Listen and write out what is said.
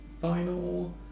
final